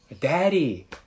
daddy